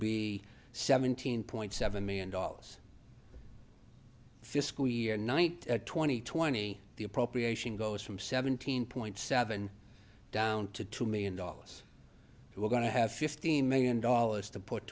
be seventeen point seven million dollars fiscal year night twenty twenty the appropriation goes from seventeen point seven down to two million dollars we're going to have fifteen million dollars to put